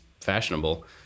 fashionable